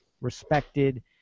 respected